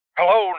Hello